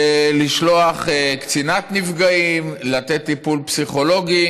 לשלוח קצינת נפגעים, לתת טיפול פסיכולוגי